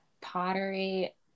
pottery